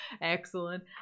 Excellent